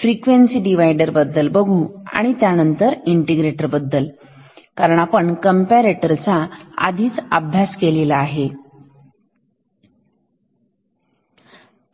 frequency divider बद्दल बोलू आणि त्यानंतर इंटीग्रेटर बद्दल आधी फ्रिक्वेन्सी डिव्हायडर कारण हे सोपे आहे